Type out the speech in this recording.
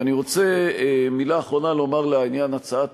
ואני רוצה מילה אחרונה לומר לעניין הצעת